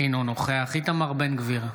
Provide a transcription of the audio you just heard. אינו נוכח איתמר בן גביר,